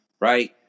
right